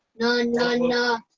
i'm gonna